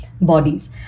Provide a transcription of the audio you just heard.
bodies